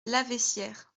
laveissière